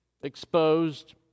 exposed